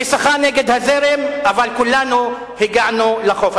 ששחה נגד הזרם אבל כולנו הגענו לחוף.